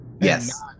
Yes